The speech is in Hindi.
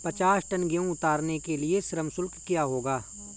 पचास टन गेहूँ उतारने के लिए श्रम शुल्क क्या होगा?